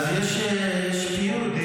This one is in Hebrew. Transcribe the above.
עומדים,